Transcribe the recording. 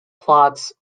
plots